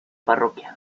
parroquia